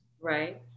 right